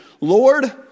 Lord